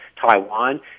Taiwan